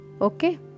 okay